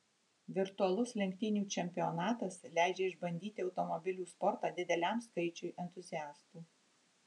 virtualus lenktynių čempionatas leidžia išbandyti automobilių sportą dideliam skaičiui entuziastų